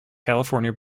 california